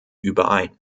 überein